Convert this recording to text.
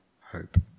hope